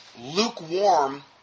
Lukewarm